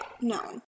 no